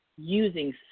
using